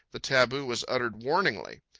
the taboo was uttered warningly.